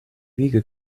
wiege